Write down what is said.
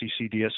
CCDS